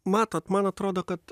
matot man atrodo kad